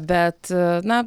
bet na